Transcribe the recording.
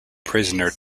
prisoner